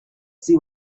see